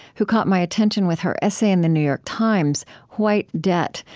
who caught my attention with her essay in the new york times, white debt,